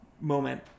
moment